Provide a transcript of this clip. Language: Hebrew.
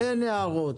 אין הערות.